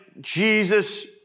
Jesus